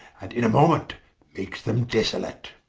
and in a moment makes them desolate